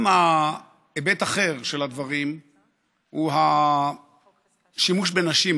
ההיבט האחר של הדברים הוא השימוש בנשים,